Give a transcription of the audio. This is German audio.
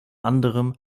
anderem